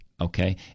Okay